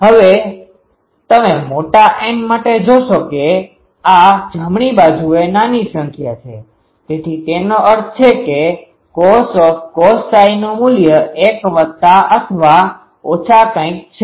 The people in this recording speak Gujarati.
હવે તમે મોટા N માટે જોશો કે આ જમણી બાજુએ નાની સંખ્યા છે તેથી તેનો અર્થ છે કે cos નુ મૂલ્ય 1 વત્તા અથવા ઓછા કંઈક છે